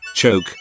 Choke